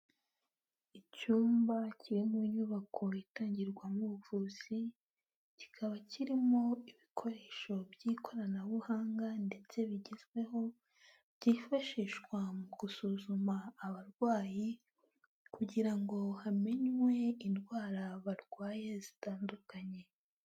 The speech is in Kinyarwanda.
Icyumba kirimo nyubako itangirwamo ubuvuzi, kikaba kirimo ibikoresho by'ikoranabuhanga ndetse bigezweho, byifashishwa mu gusuzuma abarwayi, kugira ngo hamenywe indwara barwaye zitandukanye.